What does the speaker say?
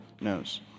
knows